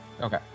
Okay